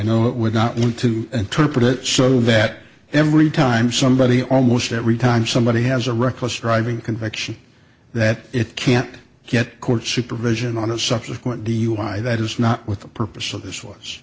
know it would not want to interpret it so that every time somebody almost every time somebody has a reckless driving conviction that it can't get court supervision on a subsequent dui that is not what the purpose of this was